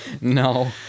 No